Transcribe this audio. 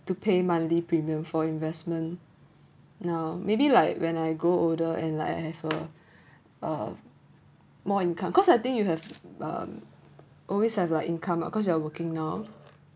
to pay monthly premium for investment now maybe like when I grow older and like I have a a more income cause I think you have uh always have like income lah cause you are working now